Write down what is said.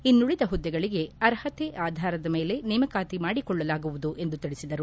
ಇನ್ನುಳದ ಹುದ್ದೆಗಳಿಗೆ ಅರ್ಹತೆ ಆಧಾರದ ಮೇಲೆ ನೇಮಕಾತಿ ಮಾಡಿಕೊಳ್ಳಲಾಗುವುದು ಎಂದು ತಿಳಿಸಿದರು